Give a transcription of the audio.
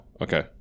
Okay